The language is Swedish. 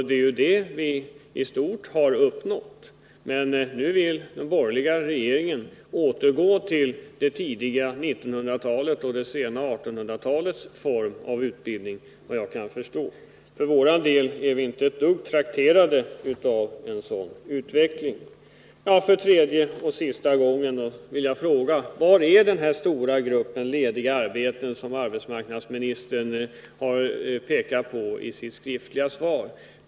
Det är ju det vi i stort har uppnått. Men nu vill den borgerliga regeringen återgå till det tidiga 1900-talets och det sena 1800-talets form av utbildning, enligt vad jag kan förstå. För vår del är vi inte ett dugg trakterade av en sådan utveckling. För tredje och sista gången vill jag fråga: Var är den stora grupp av lediga arbeten som arbetsmarknadsministern har pekat på i sitt skriftliga svar?